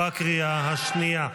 בקריאה השנייה.